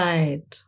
Right